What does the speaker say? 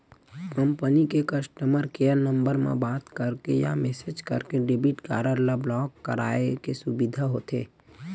company के customer care number म बात करके या मेसेज करके डेबिट कारड ल ब्लॉक कराए के सुबिधा होथे